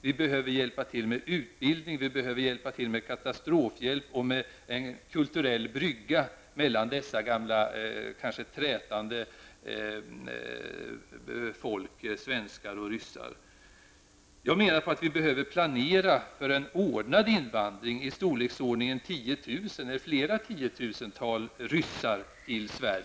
Vi behöver hjälpa till med utbildning, ge katastrofhjälp och bygga en kulturell brygga mellan dessa gamla kanske trätande folk svenskar och ryssar. Jag menar att vi behöver planera för en ordnad invandring av ryssar till Sverige i storleksordningen 10 000 personer. Det kan också vara fråga om flera tiotusental.